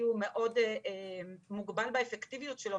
הוא מאוד מאוד מוגבל באפקטיביות שלו,